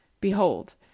Behold